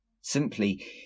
Simply